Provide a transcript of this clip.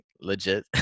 legit